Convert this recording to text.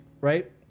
right